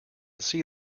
see